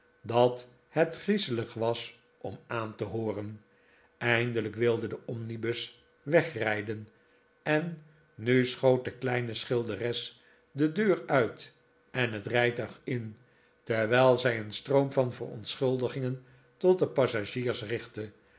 dat het griezelig was om aan te hooren eindelijk wilde de omnibus wegrijden en nu schoot de kleine schilderes de deur uit en het rijtuig in terwijl zij een stroom van verontschuldigingen tot de passagiers richtte